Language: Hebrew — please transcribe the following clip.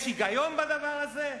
יש היגיון בדבר הזה?